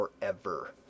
forever